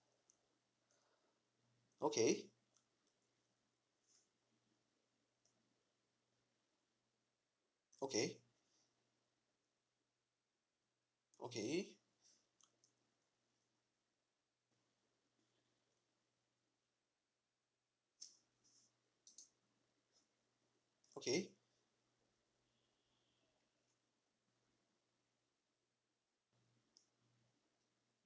okay okay okay okay